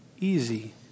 easy